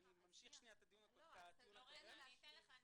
אני אתן לך לדבר.